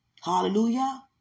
Hallelujah